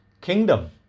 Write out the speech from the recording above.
kingdom